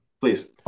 Please